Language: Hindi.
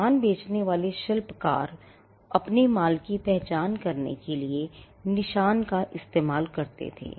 सामान बेचने वाले शिल्पकार अपने माल की पहचान करने के लिए निशान का इस्तेमाल करते थे